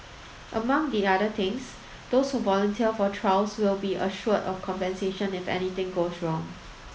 among the other things those who volunteer for trials will be assured of compensation if anything goes wrong